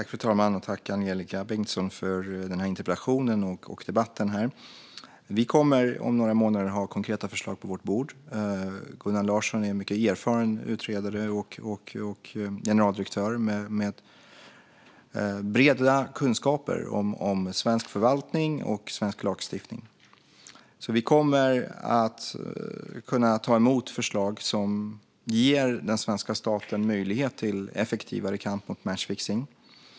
Fru talman! Tack, Angelika Bengtsson, för denna interpellation och för debatten här! Vi kommer om några månader att ha konkreta förslag på vårt bord. Gunnar Larsson är en mycket erfaren utredare och generaldirektör med breda kunskaper om svensk förvaltning och svensk lagstiftning, så vi kommer att kunna ta emot förslag som ger den svenska staten möjlighet till effektivare kamp mot matchfixning.